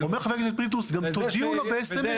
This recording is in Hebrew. אומר חבר הכנסת פינדרוס שגם יודיעו לו ב-סמס.